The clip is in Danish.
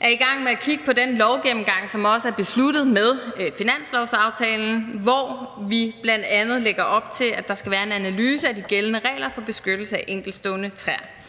er i gang med at kigge på den lovgennemgang, som også er besluttet med finanslovsaftalen, hvor vi bl.a. lægger op til, at der skal være en analyse af de gældende regler for beskyttelse af enkeltstående træer.